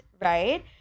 Right